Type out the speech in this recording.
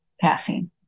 passing